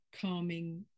calming